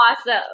awesome